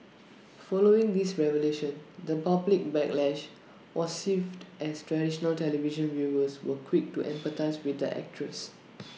following these revelations the public backlash was swift as traditional television viewers were quick to empathise with the actress